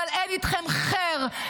אבל אין איתכם ח'יר,